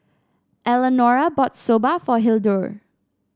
Eleanora bought Soba for Hildur